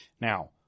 Now